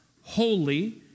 holy